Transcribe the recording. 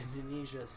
Indonesia